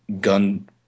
gun